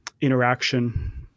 interaction